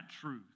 truth